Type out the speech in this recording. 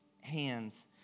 hands